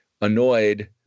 annoyed